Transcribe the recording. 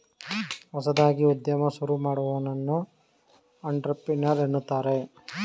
ಹೊಸದಾಗಿ ಉದ್ಯಮ ಶುರು ಮಾಡುವವನನ್ನು ಅಂಟ್ರಪ್ರಿನರ್ ಎನ್ನುತ್ತಾರೆ